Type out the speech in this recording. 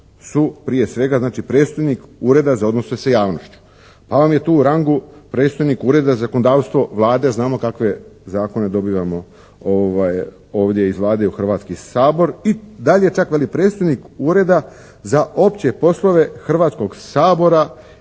su prije svega znači predstojnik Ureda za odnose sa javnošću. Pa vam je tu u rangu predstojnik Ureda za zakonodavstvo Vlade, znamo kakve zakone dobivamo ovdje iz Vlade u Hrvatski sabor. I dalje čak veli predstojnik Ureda za opće poslove Hrvatskog sabora